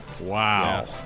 Wow